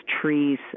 trees